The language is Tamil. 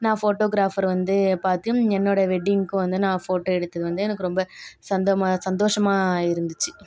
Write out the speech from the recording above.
நான் ஃபோட்டோகிராஃபர் வந்து பார்த்து என்னோட வெட்டிங்க்கும் வந்து நான் ஃபோட்டோ எடுத்தது வந்து எனக்கு ரொம்ப சந்தமா சந்தோஷமாக இருந்துச்சு